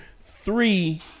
three